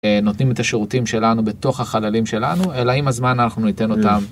נותנים את השירותים שלנו בתוך החללים שלנו אלא עם הזמן אנחנו ניתן אותם.